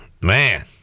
Man